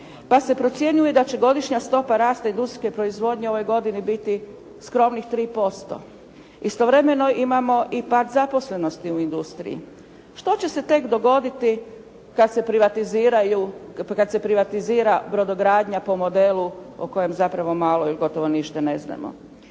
pa se procjenjuje da će godišnja stopa rasta industrijske proizvodnje u ovoj godini biti skromnih 3%. Istovremeno imamo i pad zaposlenosti u industriji. Što će se tek dogoditi kad se privatizira brodogradnja po modelu o kojem zapravo malo ili gotovo ništa ne znamo?